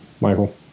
Michael